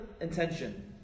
intention